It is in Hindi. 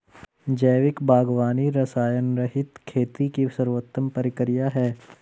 जैविक बागवानी रसायनरहित खेती की सर्वोत्तम प्रक्रिया है